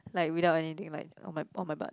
like without anything like on my on my butt